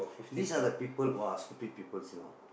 these are the people !wah! stupid people you know